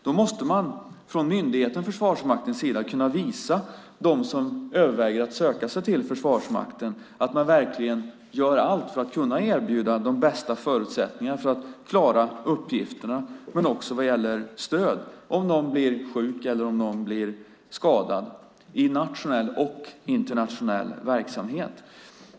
Man måste från myndigheten Försvarsmaktens sida kunna visa dem som överväger att söka sig till Försvarsmakten att man verkligen gör allt för att kunna erbjuda de bästa förutsättningarna för att klara uppgifterna och också vad gäller stöd om någon blir sjuk eller skadad i nationell eller internationell verksamhet.